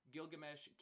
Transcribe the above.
Gilgamesh